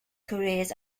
careers